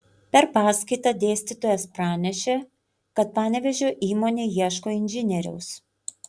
per paskaitą dėstytojas pranešė kad panevėžio įmonė ieško inžinieriaus